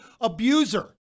abuser